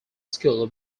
school